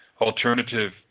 alternative